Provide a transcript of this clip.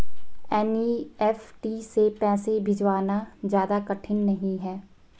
NEFT से पैसे भिजवाना ज्यादा कठिन नहीं है